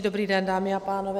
Dobrý den, dámy a pánové.